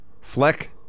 Fleck